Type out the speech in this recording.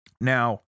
Now